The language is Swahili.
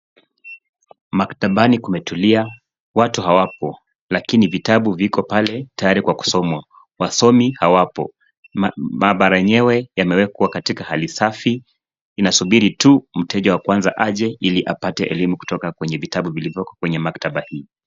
Maktabani kumetulia. Watu hawapo lakini vitabu viko pale tayari kwa kusomwa. Waomi hawapo. Maabara yenyewe yamewekwa katika hali safi inasubiri u mteja wa kwanza aje ili apate elimu kutoka kwenye vitabu vilivoko kwenye maktaba hii.